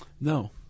No